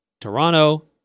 Toronto